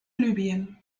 libyen